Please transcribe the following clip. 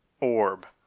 orb